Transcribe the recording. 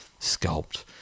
sculpt